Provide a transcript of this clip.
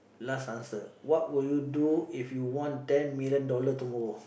last answer what would you do if you won ten million dollar tomorrow